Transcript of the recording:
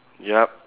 yup